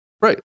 Right